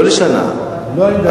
לא לשנה,